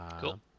Cool